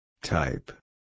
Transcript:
Type